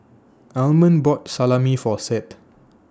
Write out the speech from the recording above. Almond bought Salami For Seth